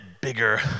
bigger